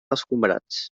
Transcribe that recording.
escombrats